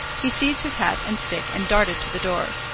he seized his hat and stick and darted to the door.